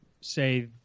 say